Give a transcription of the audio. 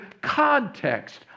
context